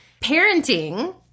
parenting